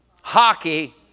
hockey